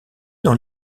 dans